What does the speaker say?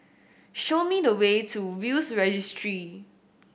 show me the way to Will's Registry